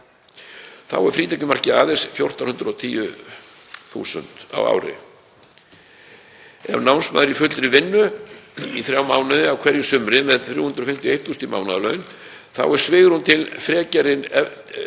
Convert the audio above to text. Þá er frítekjumarkið aðeins 1.410.000 kr. á ári. Ef námsmaður er í fullri vinnu í þrjá mánuði á hverju sumri með 351.000 kr. í mánaðarlaun þá er svigrúmið til frekari